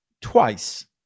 twice